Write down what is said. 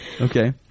Okay